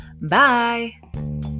Bye